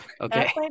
okay